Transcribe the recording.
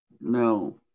No